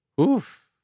Oof